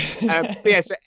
Yes